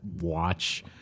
watch